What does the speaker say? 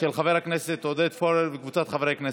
של חבר הכנסת עודד פורר וקבוצת חברי הכנסת.